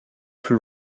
plus